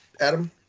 Adam